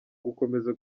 gukomeza